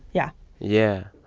yeah yeah.